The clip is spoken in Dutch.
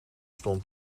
stond